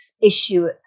issue